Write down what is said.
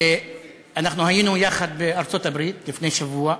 אנחנו היינו יחד בארצות-הברית לפני שבוע.